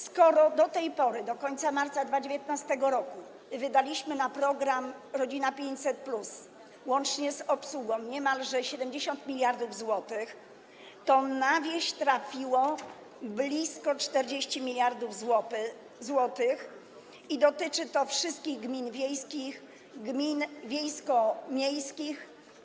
Skoro do tej pory, do końca marca 2019 r. wydaliśmy na program „Rodzina 500+” łącznie z obsługą niemalże 70 mld zł, to na wieś trafiło blisko 40 mld zł i dotyczy to wszystkich gmin wiejskich, gmin wiejsko-miejskich.